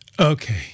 Okay